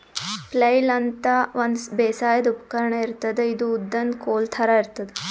flail ಅಂತಾ ಒಂದ್ ಬೇಸಾಯದ್ ಉಪಕರ್ಣ್ ಇರ್ತದ್ ಇದು ಉದ್ದನ್ದ್ ಕೋಲ್ ಥರಾ ಇರ್ತದ್